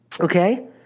Okay